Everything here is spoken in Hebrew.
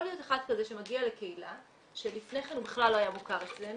יכול להיות אחד כזה שמגיע לקהילה שלפני כן הוא בכלל לא היה מוכר אצלנו,